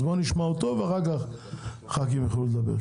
אז בוא נשמע אותו ואחר כך ח"כים יוכלו לדבר,